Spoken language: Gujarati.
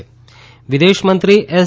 ત વિદેશમંત્રી એસ